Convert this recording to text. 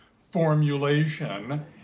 formulation